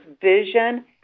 vision